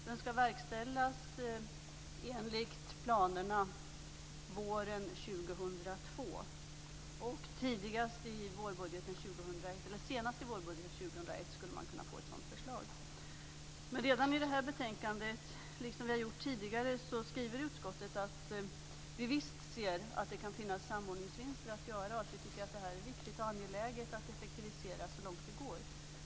Den ska verkställas enligt planerna våren år 2002. Senast i vårbudgeten år 2001 skulle man kunna få ett sådant förslag. Men redan i det här betänkandet - liksom vi har gjort tidigare - skriver vi i utskottet att vi visst ser att det kan finnas samordningsvinster att göra och att vi tycker att det är viktigt och angeläget att effektivisera så långt det går.